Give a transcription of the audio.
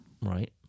Right